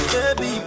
Baby